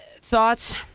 Thoughts